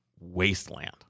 wasteland